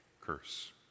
curse